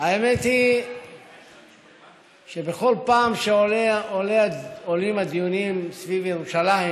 האמת היא שבכל פעם שעולים הדיונים סביב ירושלים